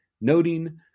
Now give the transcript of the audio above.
noting